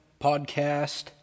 podcast